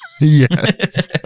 yes